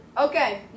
Okay